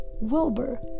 Wilbur